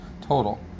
total